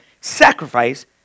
sacrifice